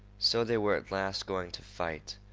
so they were at last going to fight.